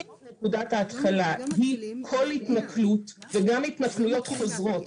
אם נקודת ההתחלה היא כל התנכלות וגם התנכלויות חוזרות